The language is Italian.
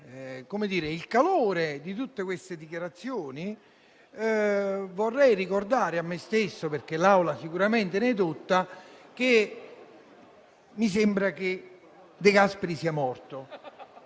il calore di tutte queste dichiarazioni, vorrei ricordare a me stesso, perché l'Aula sicuramente ne è edotta, che mi sembra che De Gasperi sia morto.